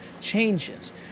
changes